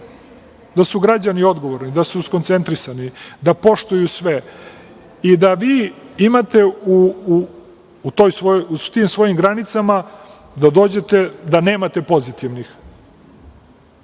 da su građani odgovorni, da su skoncentrisani, da poštuju sve, i da vi imate u tim svojim granicama, da dođete da nemate pozitivnih,